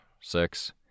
six